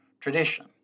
tradition